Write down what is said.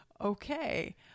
okay